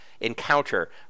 encounter